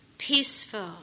peaceful